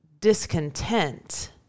discontent